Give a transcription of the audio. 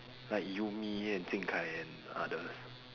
like you me and Qing Kai and others